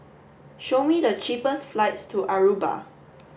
show me the cheapest flights to Aruba